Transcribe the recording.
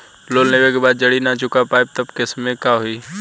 Loan लेवे के बाद जड़ी ना चुका पाएं तब के केसमे का होई?